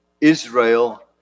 Israel